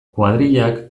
kuadrillak